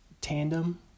tandem